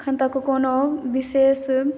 अखन तक कोनो विशेष